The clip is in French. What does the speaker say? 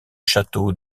château